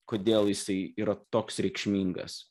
kodėl jisai yra toks reikšmingas